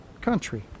country